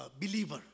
believer